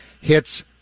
hits